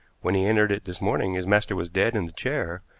when he entered it this morning his master was dead in the chair,